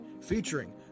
featuring